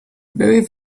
very